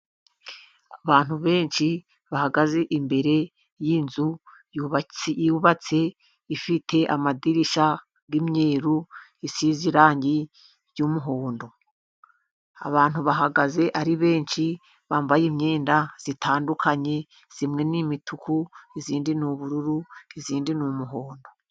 Abantu benshi bahagaze imbere y'inzu yubatse ifite amadirishya y'umweru, isize irangi ry'umuhondo, abantu bahagaze ari benshi bambaye imyenda itandukanye, zimwe n'umuku, indi n'ubururu, indi n'umuhondo.